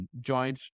joint